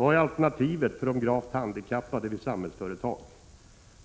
får utbildning vid AMU i ny teknik? Vilket är alternativet för de gravt handikappade vid Samhällsföretag?